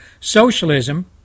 socialism